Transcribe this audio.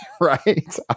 right